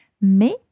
Mais